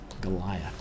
Goliath